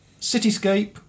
cityscape